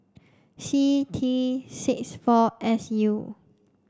C T six four S U